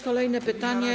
Kolejne pytanie.